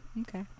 Okay